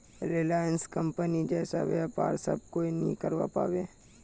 Reliance कंपनीर जैसा व्यापार सब कोई नइ करवा पाबे